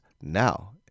Now